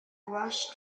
rushed